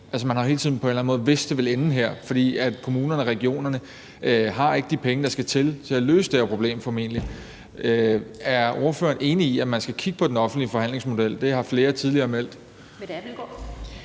anden måde vidst, at det ville ende her, fordi kommunerne og regionerne formentlig ikke har de penge, der skal til, for at løse det her problem. Er ordføreren enig i, at man skal kigge på den offentlige forhandlingsmodel? Det har flere tidligere meldt.